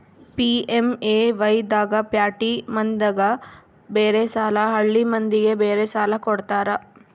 PMAY ದಾಗ ಪ್ಯಾಟಿ ಮಂದಿಗ ಬೇರೆ ಸಾಲ ಹಳ್ಳಿ ಮಂದಿಗೆ ಬೇರೆ ಸಾಲ ಕೊಡ್ತಾರ